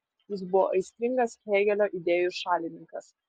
jis buvo aistringas hėgelio idėjų šalininkas